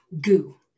goo